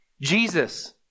Jesus